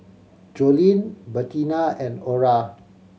Joleen Bertina and Orra